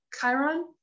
Chiron